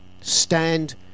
Stand